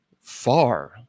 far